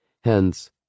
Hence